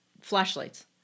Flashlights